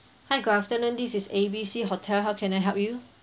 hi good afternoon this is A B C hotel how can I help you